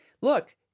look